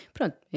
Pronto